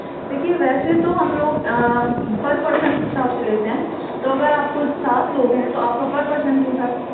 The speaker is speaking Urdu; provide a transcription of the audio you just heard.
دیکھیے ویسے تو ہم لوگ پر پرسن کے حساب سے لیتے ہیں تو اگر آپ کو لوگ سات لوگ ہیں تو آپ کا پر پرسن کے حساب